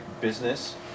business